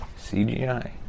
CGI